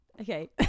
okay